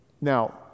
Now